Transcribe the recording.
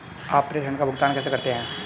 आप प्रेषण का भुगतान कैसे करते हैं?